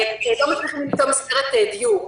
ולא מצליחים למצוא מסגרת דיור,